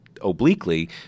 obliquely